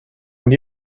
and